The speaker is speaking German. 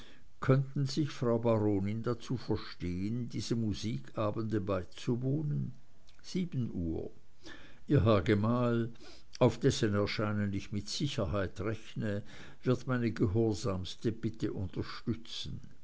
könnten sich frau baronin dazu verstehen diesem musikabend beizuwohnen sieben uhr ihr herr gemahl auf dessen erscheinen ich mit sicherheit rechne wird meine gehorsamste bitte unterstützen